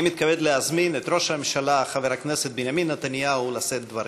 אני מתכבד להזמין את ראש הממשלה חבר הכנסת בנימין נתניהו לשאת דברים.